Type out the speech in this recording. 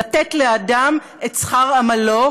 לתת לאדם את שכר עמלו,